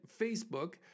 facebook